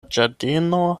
ĝardeno